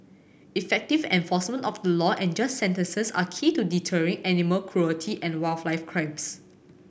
effective enforcement of the law and just sentences are key to deterring animal cruelty and wildlife